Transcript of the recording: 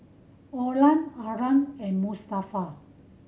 Olan Arlan and Mustafa